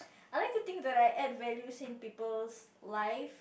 I like to think that I add values in people's life